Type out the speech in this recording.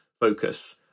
focus